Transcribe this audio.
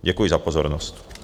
Děkuji za pozornost.